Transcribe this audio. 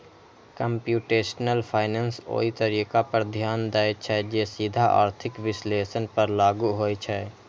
computational finance ओइ तरीका पर ध्यान दै छै, जे सीधे आर्थिक विश्लेषण पर लागू होइ छै